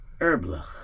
erblach